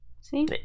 See